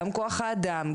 גם כוח האדם,